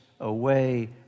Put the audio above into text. away